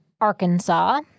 Arkansas